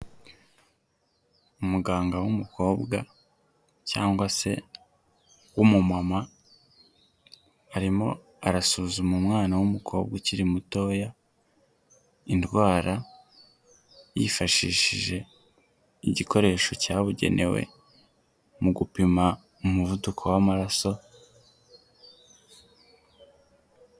Umuganga w'umukobwa cyangwa se w'umumama, arimo arasuzuma umwana w'umu umukobwa ukiri mutoya, indwara yifashishije igikoresho cyabugenewe mu gupima umuvuduko w'amaraso.